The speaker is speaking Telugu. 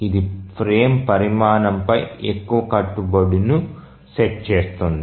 ఇది ఫ్రేమ్ పరిమాణం పై ఎక్కువ కట్టుబడి ను సెట్ చేస్తుంది